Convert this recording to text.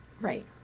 right